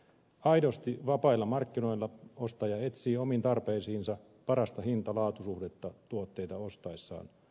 aidosti vapailla markkinoilla ostaja etsii omiin tarpeisiinsa parasta hintalaatu suhdetta tuotteita ostaessaan